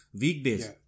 weekdays